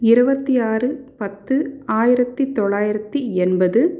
இருபத்தி ஆறு பத்து ஆயிரத்தி தொள்ளாயிரத்தி எண்பது